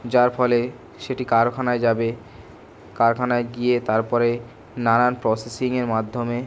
যার ফলে সেটি কারখানায় যাবে কারখানায় গিয়ে তারপরে নানান প্রসেসিংয়ের মাধ্যমে